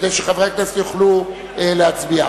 כדי שחברי הכנסת יוכלו להצביע.